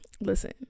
listen